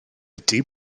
ydi